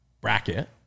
bracket